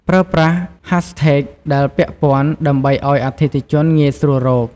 ប្រើប្រាស់ ហាសថេក ដែលពាក់ព័ន្ធ ដើម្បីឱ្យអតិថិជនងាយស្រួលស្វែងរក។